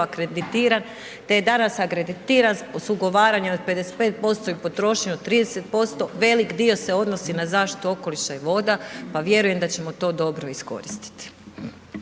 akreditiran, te je danas akreditiran s ugovaranjem od 55% i potrošnju od 30%, velik dio se odnosi na zaštitu okoliša i voda, pa vjerujem da ćemo to dobro iskoristit.